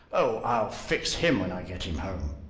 oh, i'll fix him when i get him home!